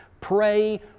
Pray